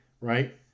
right